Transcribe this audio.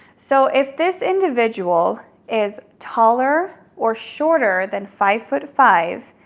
so if this individual is taller or shorter than five foot five,